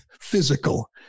physical